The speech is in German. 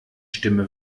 stimme